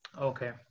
Okay